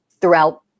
throughout